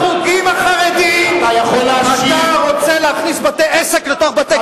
אתה רוצה להכניס בתי-עסק לתוך בתי-כנסת.